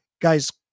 Guys